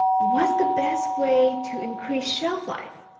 what's the best way to increase shelf life?